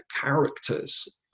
characters